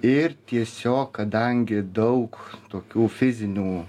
ir tiesiog kadangi daug tokių fizinių